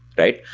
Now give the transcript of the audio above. right?